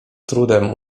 trudem